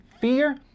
fear